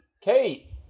Kate